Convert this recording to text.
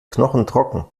knochentrocken